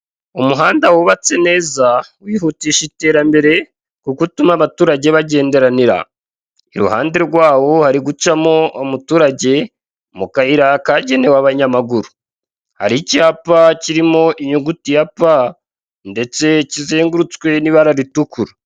Umuhanda wubatse neza wihitisha iterambere kuko utuma abaturage bagenderanira, iruhande rwawo hari gucamo umuturage mu kayira kagenewe abanyamaguru hari icyapa kirimo inyuguti ya pa ndetse kizengurutswe n'ibara ritukura.